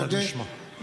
מייד נשמע.